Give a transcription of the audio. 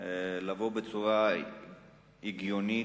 לבוא בצורה הגיונית